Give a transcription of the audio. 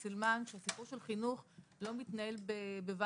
חשוב לציין שסיפור החינוך לא מתנהל בוואקום,